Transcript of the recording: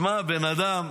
שמע, בן אדם.